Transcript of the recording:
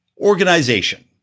organization